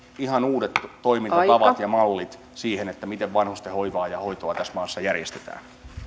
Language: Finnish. ihan uudet toimintatavat ja mallit siihen miten vanhustenhoivaa ja hoitoa tässä maassa järjestetään